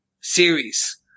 series